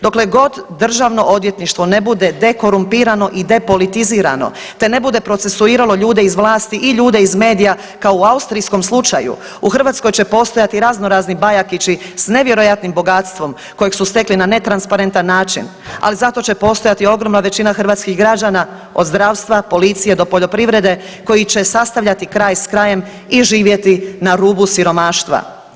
Dokle god državno odvjetništvo ne bude dekorumpirano i depolitizirano te ne bude procesuiralo ljude iz vlasti i ljude iz medija kao u austrijskom slučaju u Hrvatskoj će postojati razno razni Bajakići s nevjerojatnim bogatstvom kojeg su stekli na netransparentan način, ali zato će postojati ogromna većina hrvatskih građana od zdravstva, policije do poljoprivrede koji će sastavljati kraj s krajem i živjeti na rubu siromaštva.